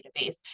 database